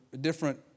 different